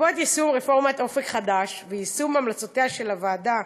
בעקבות יישום רפורמת "אופק חדש" ויישום המלצותיה של הוועדה